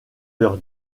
leur